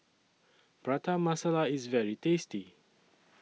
Prata Masala IS very tasty